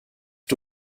the